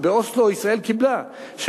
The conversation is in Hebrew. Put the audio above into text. שישראל קיבלה באוסלו,